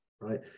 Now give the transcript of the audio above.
right